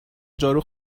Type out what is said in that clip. جارو